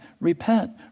repent